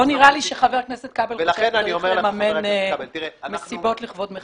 לא נראה לי שחבר הכנסת כבל חושב שצריך לממן מסיבות לכבוד מחבלים.